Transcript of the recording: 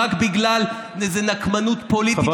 רק בגלל איזה נקמנות פוליטית,